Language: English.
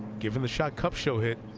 given the shot kupcho hit,